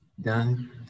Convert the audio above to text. Done